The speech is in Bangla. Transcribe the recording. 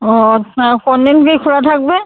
ও কোন দিনকে খোলা থাকবে